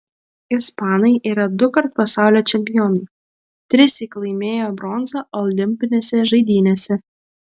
ispanai yra dukart pasaulio čempionai trissyk laimėjo bronzą olimpinėse žaidynėse